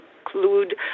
include